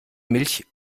milch